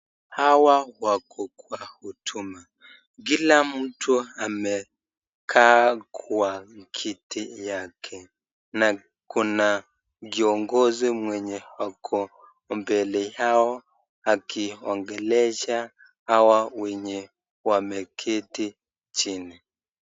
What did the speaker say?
Hawa wako kwa huduma, kila mtu amekaa kwa kiti yake na kuna kiongizi mwenye ako mbele yao akiongelesha hawa wenye wameketi chini.